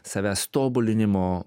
savęs tobulinimo